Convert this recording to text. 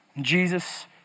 Jesus